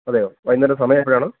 അതയോ വൈകുന്നേരം സമയം എപ്പഴാണ്